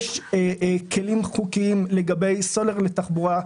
יש כלים חוקיים לגבי סולר לתחבורה,